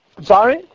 Sorry